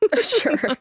Sure